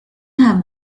have